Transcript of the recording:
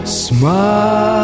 smile